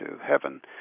heaven